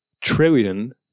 trillion